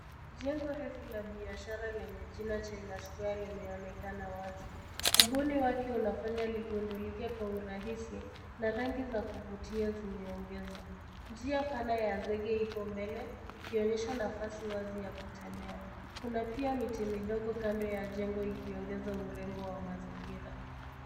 Jengo refu la biashara lenye jina china square limeonekana wazi, ubuni wake unafanya ligundulika kwa urahisi na rangi za kuvutia zimeongezwa ,njia pana ya zege ipo mbele ikionyesha nafasi wazi ya kutembea kuna pia miti midogo kando ya jengo ikiongeza urembo wa mazingira.